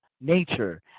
nature